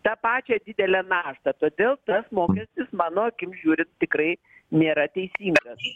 tą pačią didelę naštą todėl tas mokestis mano akim žiūrint tikrai nėra teisingas